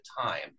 time